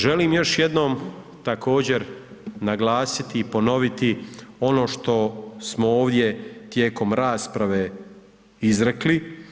Želim još jednom također naglasiti i ponoviti, ono što smo ovdje tijekom rasprave izrekli.